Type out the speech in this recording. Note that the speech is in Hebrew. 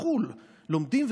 לומדים בחו"ל,